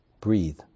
breathe